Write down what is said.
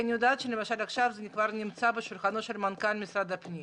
אני יודעת שלמשל עכשיו זה כבר על שולחנו של מנכ"ל משרד הפנים.